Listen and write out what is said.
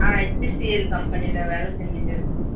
HCL கம்பெனியில் வேலை செஞ்சிட்டுடிருக்கேன்